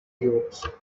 cubes